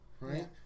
right